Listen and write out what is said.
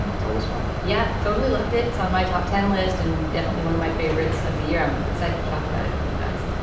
and tell us why yeah, totally loved. it's on my top ten list and definitely one of my favorites of the year. i'm excited to talk about it with you guys.